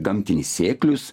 gamtinis sėklius